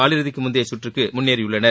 காலிறுதிக்கு முந்தைய சுற்றுக்கு முன்னேறியுள்ளனர்